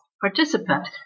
participant